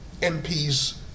MPs